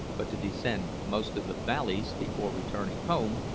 but to descend most of the valleys, before returning home,